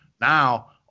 Now